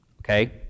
Okay